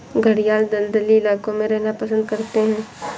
घड़ियाल दलदली इलाकों में रहना पसंद करते हैं